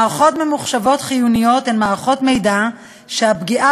מערכות ממוחשבות חיוניות הן מערכות מידע שהפגיעה